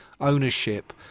ownership